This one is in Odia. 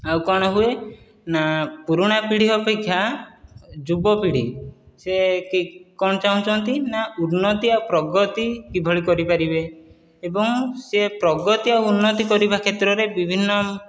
ଆଉ କ'ଣ ହୁଏ ନା ପୁରୁଣା ପିଢ଼ି ଅପେକ୍ଷା ଯୁବପିଢ଼ି ସେ କି କଣଚାହୁଁଛନ୍ତି ନା ଉନ୍ନତି ଆଉ ପ୍ରଗତି କିଭଳି କରିପାରିବେ ଏବଂ ସେ ପ୍ରଗତି ଆଉ ଉନ୍ନତି କରିବା କ୍ଷେତ୍ରରେ ବିଭିନ୍ନ